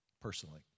personally